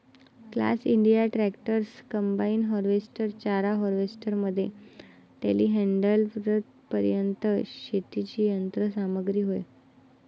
class India tractors, combine harvester, चारा harvester मध्ये टेलीहँडलरपर्यंत शेतीची यंत्र सामग्री होय